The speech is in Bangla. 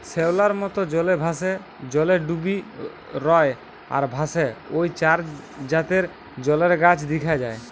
শ্যাওলার মত, জলে ভাসে, জলে ডুবি রয় আর ভাসে ঔ চার জাতের জলের গাছ দিখা যায়